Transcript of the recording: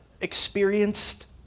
experienced